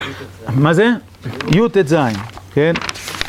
מה זה? י טז, כן?